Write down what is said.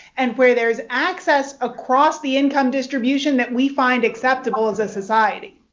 and where there is access across the income distribution that we find acceptable as a society